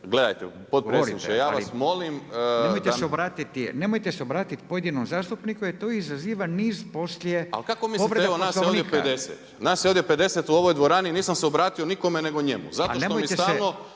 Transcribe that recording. **Radin, Furio (Nezavisni)** Nemojte se obratiti pojedinom zastupniku jer to izaziva niz poslije. **Đujić, Saša (SDP)** Kako mislite, evo nas je ovdje 50 u ovoj dvorani nisam se obratio nikome nego njemu, zato što mi stalno